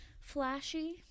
flashy